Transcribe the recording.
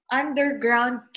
underground